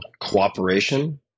cooperation